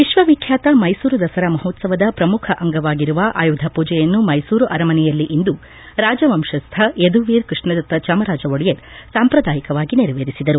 ವಿಶ್ವ ವಿಖ್ಯಾತ ಮೈಸೂರು ದಸರಾ ಮಹೋತ್ಲವದ ಶ್ರಮುಖ ಅಂಗವಾಗಿರುವ ಆಯುಧ ಪೂಜೆಯನ್ನು ಮೈಸೂರು ಅರಮನೆಯಲ್ಲಿ ಇಂದು ರಾಜವಂಶಸ್ಥ ಯದುವೀರ್ ಕೃಷ್ಣದತ್ತ ಚಾಮರಾಜ ಒಡೆಯರ್ ಸಾಂಪ್ರದಾಯಿಕವಾಗಿ ನೆರವೇರಿಸಿದರು